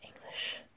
English